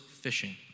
fishing